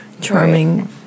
charming